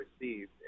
received